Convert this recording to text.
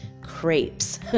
crepes